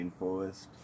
Rainforest